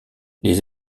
les